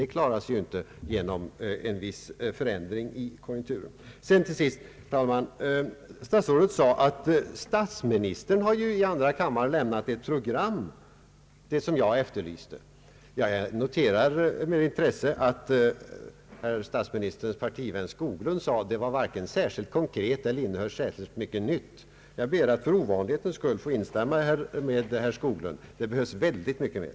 Det klarar man inte av genom en viss förändring i konjunkturen. Till sist, herr talman! Statsrådet Holmqvist omtalade att statsministern i andra kammaren lämnat ett program — det som jag efterlyst. Jag noterar med intresse att statsministerns partivän, herr Skoglund, påpekade att det varken var särskilt konkret eller innehöll mycket nytt. Jag ber att för ovanlighetens skull få instämma med herr Skoglund. Det behövs mycket, mycket mer.